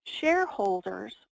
Shareholders